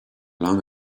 long